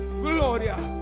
Gloria